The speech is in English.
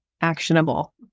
actionable